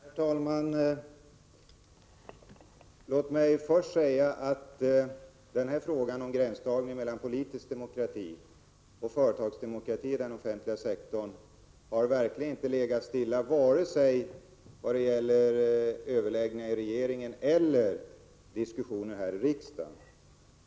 Herr talman! Låt mig först säga att frågan om gränsdragningen mellan » politisk demokrati och företagsdemokrati i den offentliga sektorn verkligen inte har så att säga legat stilla vare sig vad gäller överläggningar i regeringen eller vad gäller diskussioner här i riksdagen.